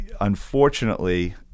unfortunately